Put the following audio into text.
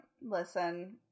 listen